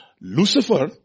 Lucifer